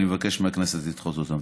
אני מבקש מהכנסת לדחות אותן.